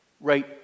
right